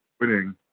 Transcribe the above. winning